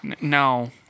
No